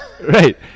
Right